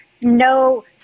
no